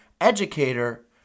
educator